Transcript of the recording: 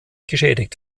geschädigt